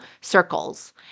circles